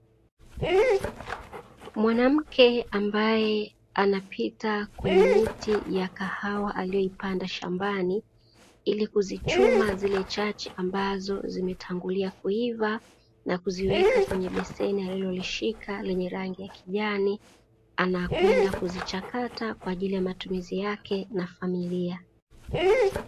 Mwanamke ambaye anapita kwenye miti ya kahawa aliyoipanda shambani, ili kuzichuma zile chache ambazo zimetangulia kuiva na kuziweka kwenye beseni alilolishika lenye rangi ya kijani, ana kwenda kuzichakata kwa ajili ya matumizi yake na familia.